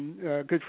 good